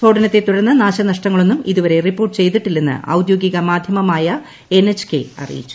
സ്ഫോടനത്തെ തുടർന്ന് നാശനഷ്ടങ്ങളൊന്നും ഇതുവരെ റിപ്പോർട്ട് ചെയ്തിട്ടില്ലെന്ന് ഔദ്യോഗിക മാധൃമമായ എൻ എച്ച് കെ അറിയിച്ചു